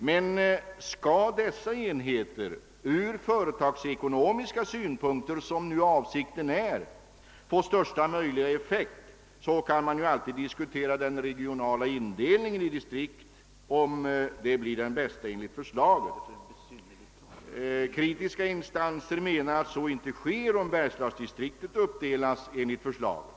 Men man kan ju diskutera, huruvida den regionala indelning som föreslås i propositionen ger den ur företagsekonomiska synpunkten bästa effekten. Kritiska remissinstanser anser att så inte blir fallet om bergslagsdistriktet uppdelas enligt förslaget.